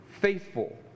faithful